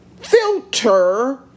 filter